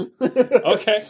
Okay